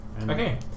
Okay